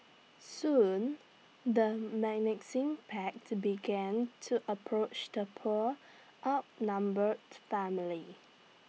soon the menacing pack to began to approach the poor outnumbered family